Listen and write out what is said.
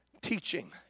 teaching